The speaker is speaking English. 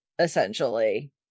essentially